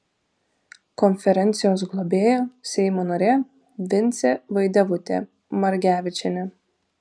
konferencijos globėja seimo narė vincė vaidevutė margevičienė